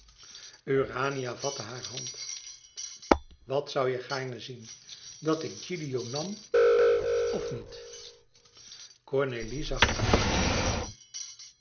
urania vatte haar hand wat zoû je gaarne zien dat ik gilio nam of niet zag haar diep in de oogen